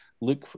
look